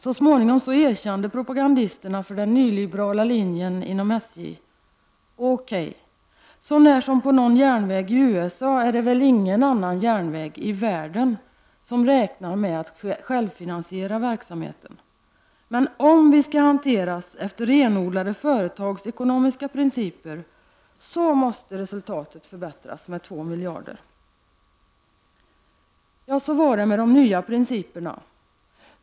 Så småningom erkände propagandisterna för den nyliberala linjen inom SJ: ”Okej, så när som på någon järnväg i USA är det väl ingen annan järnväg i världen som räknar med att självfi nansiera verksamheten. Men om vi skall hanteras efter renodlade företagsekonomiska principer måste resultatet förbättras med 2 miljarder.” Ja, så var det med de nya principerna.